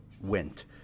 went